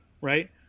right